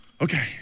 Okay